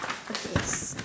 okay s~